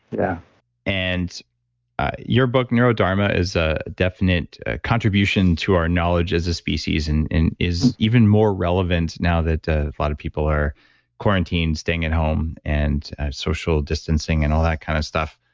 yeah and your book neurodharma is a definite contribution to our knowledge as a species and is even more relevant now that a lot of people are quarantined staying at home and social distancing and all that kind of stuff.